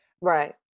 Right